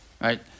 right